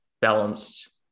balanced